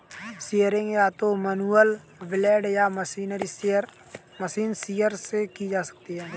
shearing या तो manual blade या मशीन शीयर से की जा सकती है